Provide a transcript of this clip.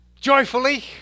joyfully